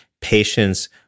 patients